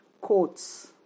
quotes